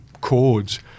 chords